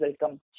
welcome